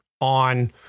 on